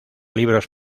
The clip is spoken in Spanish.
libros